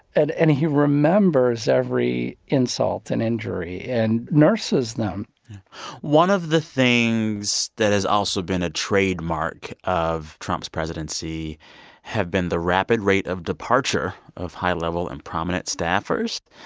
and and he remembers every insult and injury and nurses them one of the things that has also been a trademark of trump's presidency has been the rapid rate of departure of high level and prominent staffers.